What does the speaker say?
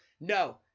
No